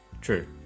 true